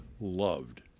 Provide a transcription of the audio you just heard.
loved